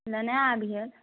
नेने आबिहऽ